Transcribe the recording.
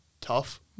tough